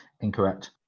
Incorrect